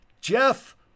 Jeff